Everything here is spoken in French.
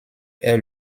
est